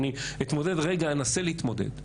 אני אנסה להתמודד.